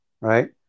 right